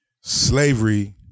slavery